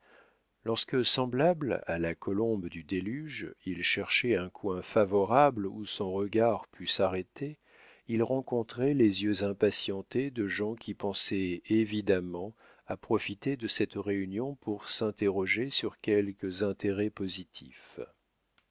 lorsque semblable à la colombe du déluge il cherchait un coin favorable où son regard pût s'arrêter il rencontrait les yeux impatientés de gens qui pensaient évidemment à profiter de cette réunion pour s'interroger sur quelques intérêts positifs